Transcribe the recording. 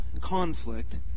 conflict